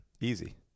easy